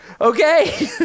Okay